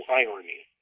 irony